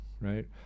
right